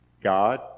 God